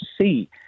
see